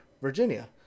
Virginia